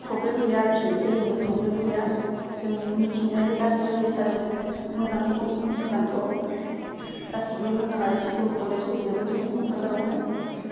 problem गैया आरोखि दैनि प्रब्लेम गैया जों मिथिंगायारि गासिबो नेचारेल मोजाङै दं मोजांथ' गासिबो मोजां आरो स्कुल कलेज दंजोबो जोंनि क'क्राझारावनो